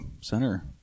Center